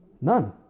None